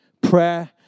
Prayer